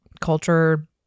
culture